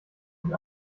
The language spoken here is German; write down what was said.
und